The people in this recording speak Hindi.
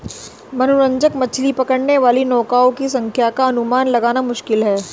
मनोरंजक मछली पकड़ने वाली नौकाओं की संख्या का अनुमान लगाना मुश्किल है